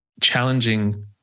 challenging